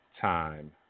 time